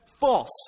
false